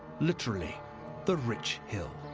literally the rich hill.